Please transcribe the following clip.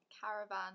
Caravan